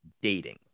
dating